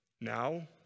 now